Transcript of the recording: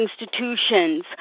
institutions